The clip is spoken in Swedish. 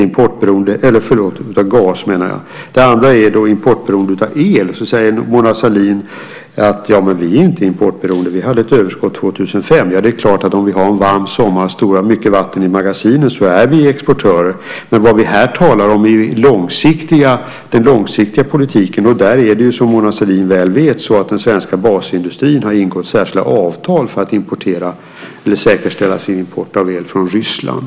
Mona Sahlin säger att vi inte är beroende av import av el och att vi hade ett överskott 2005. Det är klart att om vi har en varm sommar och mycket vatten i magasinen så är vi en exportör. Men vad vi här talar om är den långsiktiga politiken. Och Mona Sahlin vet att den svenska basindustrin har ingått särskilda avtal för att säkerställa sin import av el från Ryssland.